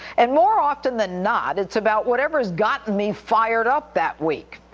and more often than not, it's about whatever has gotten me fired up that week.